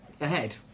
ahead